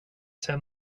säga